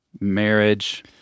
marriage